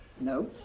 No